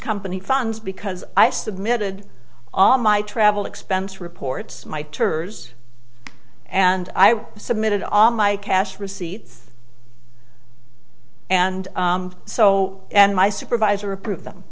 company funds because i submitted all my travel expense reports my ters and i have submitted all my cash receipts and so and my supervisor approve them